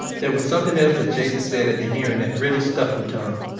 there was something else that jason said at the hearing that really stuck with tom.